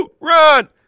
Run